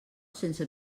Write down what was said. sense